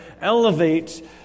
elevate